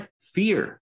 fear